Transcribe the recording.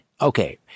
Okay